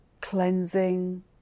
cleansing